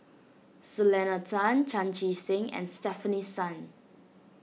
Selena Tan Chan Chee Seng and Stefanie Sun